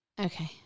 Okay